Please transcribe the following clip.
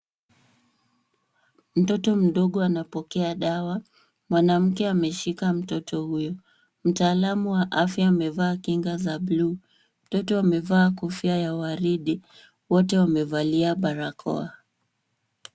Mtoto mdogo anapokea dawa. Mwanamke ameshika mtoto huyo. Mtaalamu wa afya amevaa kinga za bluu. Mtoto amevaa kofia ya waridi. Wote wamevalia barakoa.